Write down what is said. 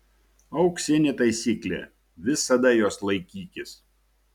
auksinė taisyklė visada jos laikykis